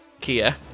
Kia